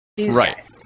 Right